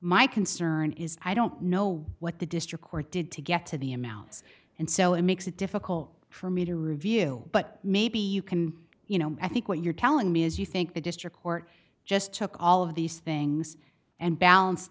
my concern is i don't know what the district court did to get to the amounts and so it makes it difficult for me to review but maybe you can you know i think what you're telling me is you think the district court just took all of these things and balance